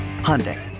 Hyundai